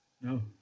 No